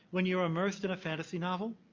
when you are immersed in a fantasy novel,